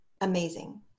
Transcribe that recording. amazing